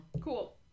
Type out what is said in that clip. Cool